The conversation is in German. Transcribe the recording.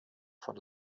von